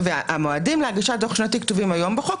המועדים להגשת הדו"ח השנתי כתובים היום בחוק,